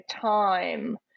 time